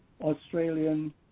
Australian